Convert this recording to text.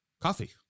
coffee